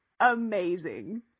amazing